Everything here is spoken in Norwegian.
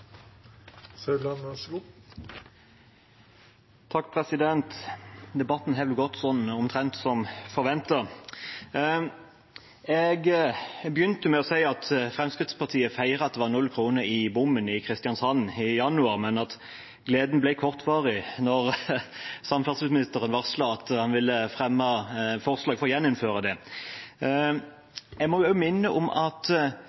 Debatten har vel gått omtrent som forventet. Jeg begynte med å si at Fremskrittspartiet feiret at det var null kroner i bommen i Kristiansand i januar, men at gleden ble kortvarig, da samferdselsministeren varslet at han ville fremme forslag om å gjeninnføre bompenger. Jeg må også minne om at